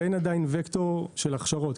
ואין עדיין וקטור של הכשרות,